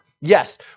Yes